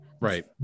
Right